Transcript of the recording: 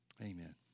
Amen